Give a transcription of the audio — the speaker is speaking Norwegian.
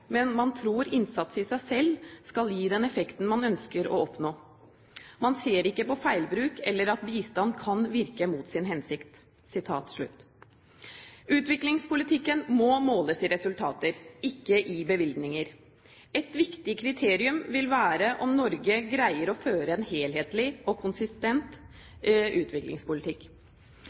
man tror innsatsen i seg selv skal gi den effekten man ønsker å oppnå. Man ser ikke på feilbruk eller at bistand kan virke mot sin hensikt.» Utviklingspolitikken må måles i resultater, ikke i bevilgninger. Et viktig kriterium vil være om Norge greier å føre en helhetlig og konsistent utviklingspolitikk.